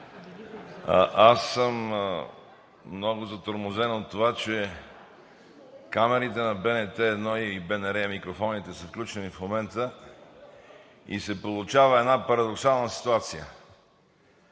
Аз съм много затормозен от това, че камерите на БНТ 1 и микрофоните на БНР са включени в момента и се получава една парадоксална ситуация.